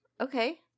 Okay